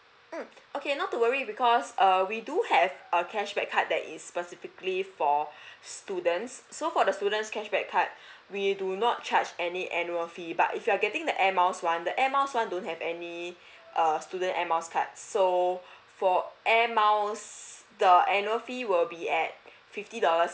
mm okay not to worry because err we do have err cashback card that is specifically for students so for the students cashback card we do not charge any annual fee but if you are getting the air miles one the air miles one don't have any err student air miles card so for air miles the annual fee will be at fifty dollars